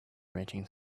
raging